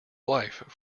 wife